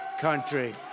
country